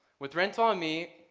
with rental on me,